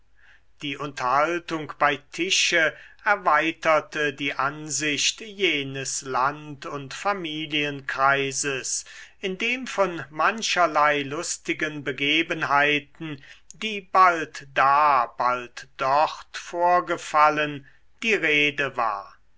die unterhaltung bei tische erweiterte die ansicht jenes land und familienkreises indem von mancherlei lustigen begebenheiten die bald da bald dort vorgefallen die rede war